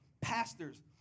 pastors